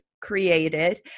created